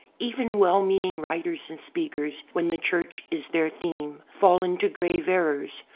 even well meaning writers and speakers, when the church is their theme, fall into grave errors,